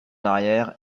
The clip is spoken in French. arrière